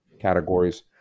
categories